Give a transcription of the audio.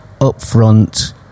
upfront